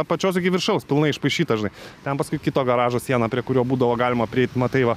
apačios iki viršaus pilnai išpaišyta žinai ten paskui kito garažo siena prie kurio būdavo galima prieit matai va